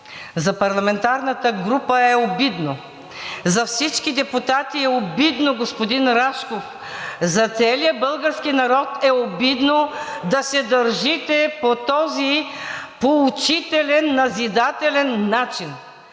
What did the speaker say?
за парламентарната група е обидно, за всички депутати е обидно, господин Рашков, за целия български народ е обидно да се държите по този поучителен, назидателен начин.